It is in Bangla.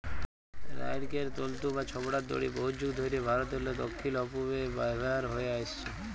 লাইড়কেল তল্তু বা ছবড়ার দড়ি বহুত যুগ ধইরে ভারতেরলে দখ্খিল অ পূবে ব্যাভার হঁয়ে আইসছে